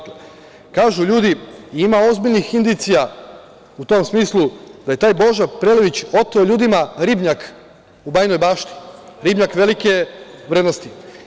Kažu ljudi da ima ozbiljnih indicija, u tom smislu, da je taj Boža Prelević oteo ljudima ribnjak u Bajinoj Bašti, ribnjak velike vrednosti.